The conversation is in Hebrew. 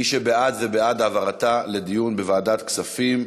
מי שבעד, זה בעד העברה לדיון בוועדת הכספים.